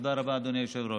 תודה רבה, אדוני היושב-ראש.